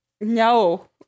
No